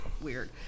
weird